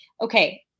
okay